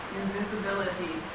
invisibility